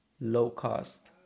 low-cost